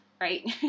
right